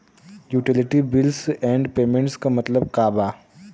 Utility bills and payments क मतलब का बा?